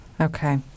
Okay